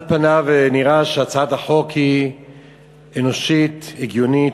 על פניו נראה שהצעת החוק היא אנושית, הגיונית.